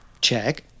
Check